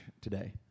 today